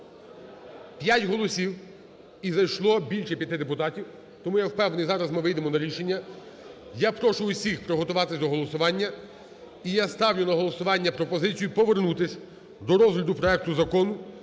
П'ять голосів і зайшло більше п'яти депутатів, тому я впевнений, зараз ми вийдемо на рішення. Я прошу всіх приготуватись до голосування, і я ставлю на голосування пропозицію повернутись до розгляду проекту Закону